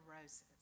roses